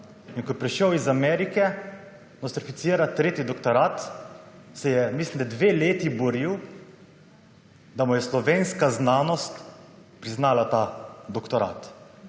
In ko je prišel iz Amerike nostrificirati tretji doktorat, se je, mislim, da dve leti boril, da mu je slovenska znanost priznala ta doktorat.